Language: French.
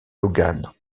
logan